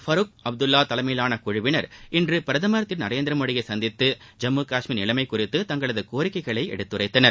பருக் அப்துல்லா தலைமயிலான குழுவினர் இன்று பிரதமர் திரு நரேந்திரமோடியை சந்தித்து ஜம்மு காஷ்மீர் நிலைமை குறித்து தங்களது கோரிக்கைகளை எடுத்துரைத்தனர்